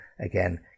again